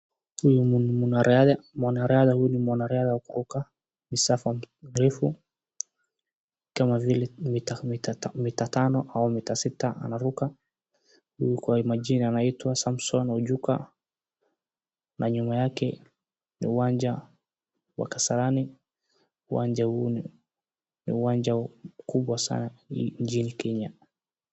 Huyu ni mwanariadha. Mwanariadha huyu ni mwanariadha wa kuruka masafa marefu kama vile mita tano au mita sita anaruka, huyu kwa majina anaitwa Samson Ojuka na nyuma yake ni uwanja wa kasarani. Uwanja huu ni uwanja mkubwa sana nchini Kenya.